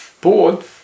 board